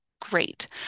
Great